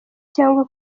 cyangwa